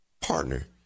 partner